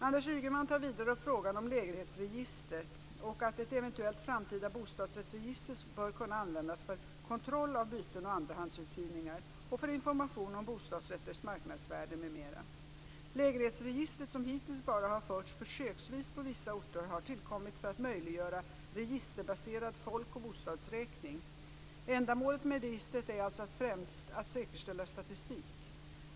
Anders Ygeman tar vidare upp frågan om lägenhetsregistret och att ett eventuellt framtida bostadsrättsregister bör kunna användas för kontroll av byten och andrahandsuthyrningar och för information om bostadsrätters marknadsvärde m.m. Lägenhetsregistret, som hittills bara har förts försöksvis på vissa orter, har tillkommit för att möjliggöra registerbaserad folk och bostadsräkning. Ändamålet med registret är alltså främst att säkerställa statistik.